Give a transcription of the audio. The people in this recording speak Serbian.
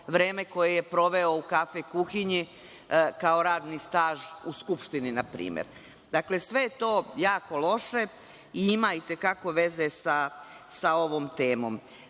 vreme koje je proveo u kafe kuhinji, kao radni staž u Skupštini npr. Dakle, sve je to jako loše i ima i te kako veze sa ovom temom.Zašto